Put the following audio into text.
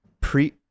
pre